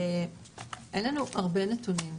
אין לנו הרבה נתונים,